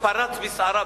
פרץ בסערה,